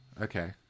okay